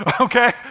Okay